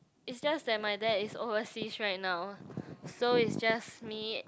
is just that my dad is overseas right now so it's just me